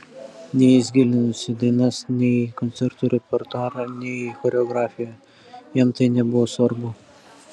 nei jis gilinosi į dainas nei į koncertų repertuarą nei į choreografiją jam tai nebuvo svarbu